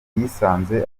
yisanze